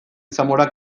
zamorak